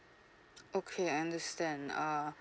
okay I understand uh